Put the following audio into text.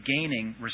gaining